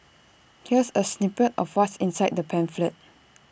here's A snippet of what's inside the pamphlet